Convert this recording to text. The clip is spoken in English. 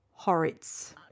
Horitz